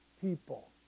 people